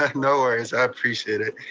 ah no worries, i appreciate it.